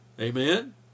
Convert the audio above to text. Amen